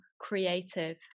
creative